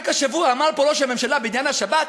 רק השבוע אמר פה ראש הממשלה בעניין השבת: